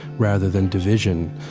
rather than division.